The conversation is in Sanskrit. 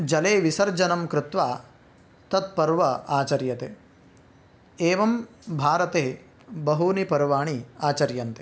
जले विसर्जनं कृत्वा तत्पर्वम् आचर्यते एवं भारते बहूनि पर्वाणि आचर्यन्ते